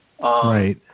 right